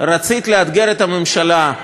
לאתגר את הממשלה,